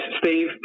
Steve